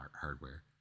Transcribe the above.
hardware